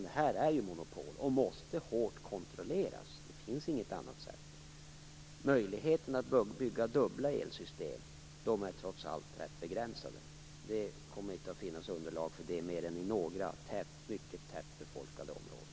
Det här är ju monopol som måste kontrolleras noga. Det finns inget annat sätt. Möjligheterna att bygga dubbla elsystem är trots allt rätt begränsade. Det kommer inte att finnas underlag för det mer än i några mycket tätt befolkade områden.